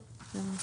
לא.